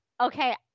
okay